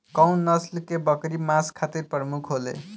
कउन नस्ल के बकरी मांस खातिर प्रमुख होले?